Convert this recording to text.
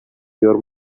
your